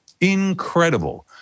incredible